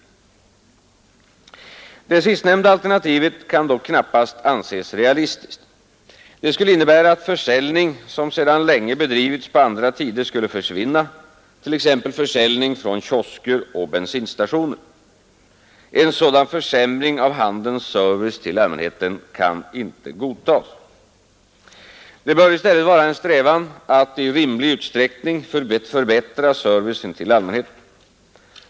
Det sistnämnda alternativet kan dock knappast anses realistiskt. Det skulle innebära att försäljning som sedan länge bedrivits på andra tider skulle försvinna, t.ex. försäljning från kiosker och bensinstationer. En sådan försämring av handelns service till allmänheten kan inte godtas. Det bör i stället vara en strävan att i rimlig utsträckning förbättra servicen till allmänheten.